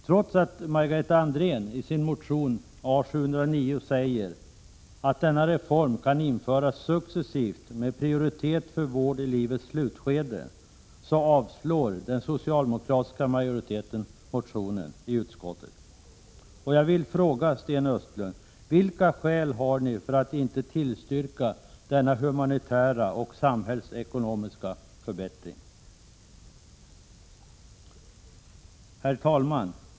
Trots att Margareta Andrén i sin motion A709 säger att en sådan reform kan införas successivt med prioritet för vård i livets slutskede, avslår den socialdemokratiska majoriteten i utskottet motionen. Jag vill fråga Sten Östlund: Vilka skäl har ni för att inte tillstyrka det förslag som skulle innebära denna humanitära och samhällsekonomiska förbättring? Herr talman!